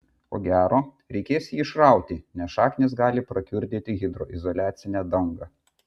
ko gero reikės jį išrauti nes šaknys gali prakiurdyti hidroizoliacinę dangą